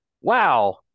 wow